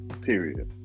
period